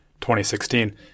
2016